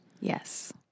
Yes